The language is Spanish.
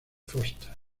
foster